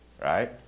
right